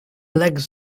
legs